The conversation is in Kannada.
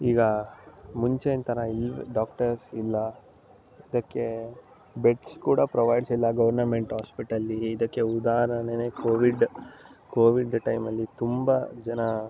ಈಗ ಮುಂಚಿನ ಥರ ಇಲ್ಲವೇ ಡಾಕ್ಟರ್ಸ್ ಇಲ್ಲ ಅದಕ್ಕೆ ಬೆಡ್ಸ್ ಕೂಡ ಪ್ರೊವೈಡ್ಸ್ ಇಲ್ಲ ಗವರ್ನಮೆಂಟ್ ಹಾಸ್ಪಿಟಲಲ್ಲಿ ಇದಕ್ಕೆ ಉದಾಹರಣೆನೇ ಕೋವಿಡ್ ಕೋವಿಡ್ ಟೈಮಲ್ಲಿ ತುಂಬ ಜನ